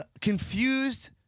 confused